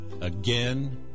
again